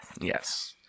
Yes